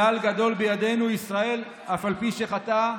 כלל גדול בידינו: "ישראל, אף על פי שחטא,